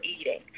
eating